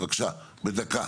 בבקשה בדקה,